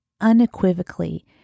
unequivocally